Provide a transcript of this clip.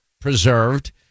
preserved